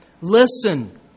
Listen